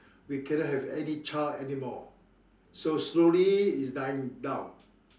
we cannot have any child anymore so slowly is dying down